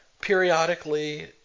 periodically